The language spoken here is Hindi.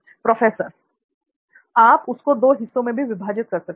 प्रोफेसर आप उसको दो हिस्सों में भी विभाजित कर सकते हैं